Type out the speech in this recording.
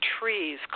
trees